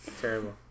Terrible